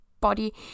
body